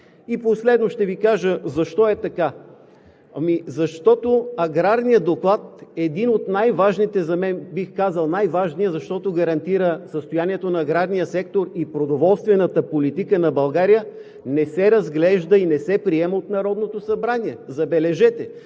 И последно, ще Ви кажа защо е така. Ами защото Аграрният доклад е един от най-важните за мен, бих казал най-важният, защото гарантира състоянието на аграрния сектор и продоволствената политика на България, не се разглежда и не се приема от Народното събрание. Забележете,